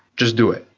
just do it.